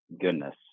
goodness